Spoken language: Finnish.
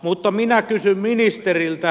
mutta minä kysyn ministeriltä